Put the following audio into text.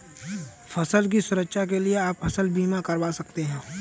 फसल की सुरक्षा के लिए आप फसल बीमा करवा सकते है